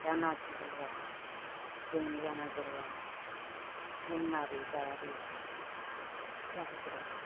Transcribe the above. जानागुरुआ जोंनि जानागुरुआ लोङाबो जायाबो बाथौ फुजा होग्राया